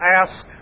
ask